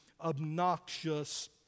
obnoxious